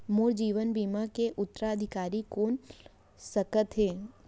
मोर जीवन बीमा के उत्तराधिकारी कोन सकत हे?